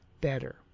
better